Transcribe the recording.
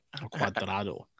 quadrado